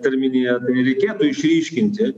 terminiją reikėtų išryškinti